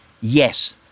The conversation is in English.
yes